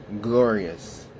glorious